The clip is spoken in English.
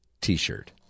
t-shirt